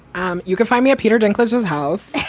um you can find me a peter dinklage whose house